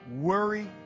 worry